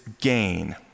gain